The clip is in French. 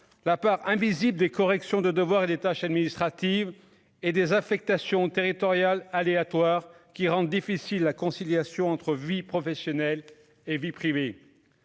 la part invisible des corrections de devoirs et des tâches administratives et des affectations territorial, aléatoire qui rendent difficile la conciliation entre vie professionnelle et vie privée